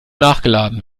nachgeladen